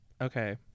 Okay